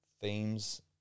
themes